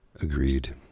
Agreed